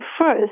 first